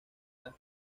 las